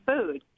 food